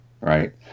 right